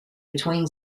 between